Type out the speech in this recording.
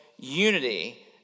unity